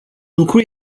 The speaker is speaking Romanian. lucru